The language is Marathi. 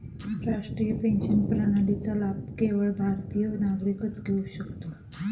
राष्ट्रीय पेन्शन प्रणालीचा लाभ केवळ भारतीय नागरिकच घेऊ शकतो